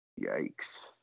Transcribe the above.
yikes